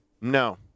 No